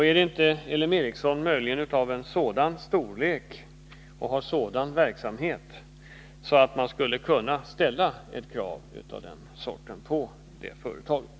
Är inte L M Ericsson av sådan storlek och har sådan verksamhet att regeringen skulle kunna ställa ett sådant krav på företaget?